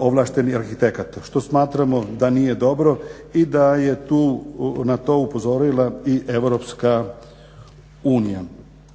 ovlaštenih arhitekata što smatramo da nije dobro i da je tu, na to upozorila i EU. Osim toga